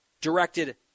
directed